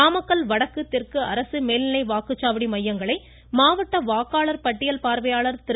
நாமக்கல் வடக்கு தெற்கு அரசு மேல்நிலைப்பள்ளி வாக்குச்சாவடி மையங்களை மாவட்ட வாக்காளர் பட்டியல் பார்வையாளர் திரு